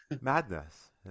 Madness